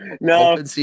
No